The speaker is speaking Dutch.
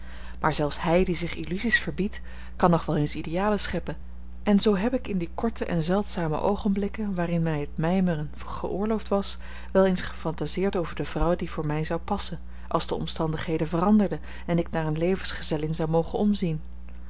maar zelfs hij die zich illusies verbiedt kan nog wel eens idealen scheppen en zoo heb ik in die korte en zeldzame oogenblikken waarin mij het mijmeren geoorloofd was wel eens gefantaseerd over de vrouw die voor mij zou passen als de omstandigheden veranderden en ik naar eene levensgezellin zou mogen omzien